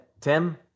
Tim